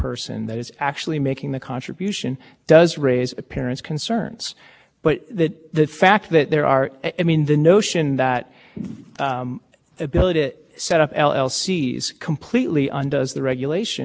c the the there isn't really a difference in this context that would make it that separate legal personhood so unique here that it means the government is not serving any substantial government purpose whatsoever